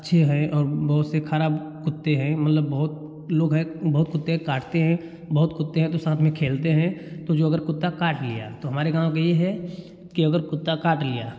अच्छे हैं और बहुत से खराब कुत्ते हैं मतलब बहुत लोग हैं बहुत कुत्ते हैं काटते हैं बहुत कुत्ते हैं तो साथ में खेलते हैं तो जो अगर कुत्ता काट लिया तो हमारे गाँव का ये है कि अगर कुत्ता काट लिया